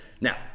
Now